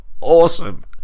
awesome